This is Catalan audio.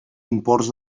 imports